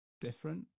Different